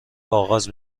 آغاز